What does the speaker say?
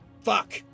fuck